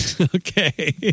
Okay